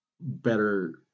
better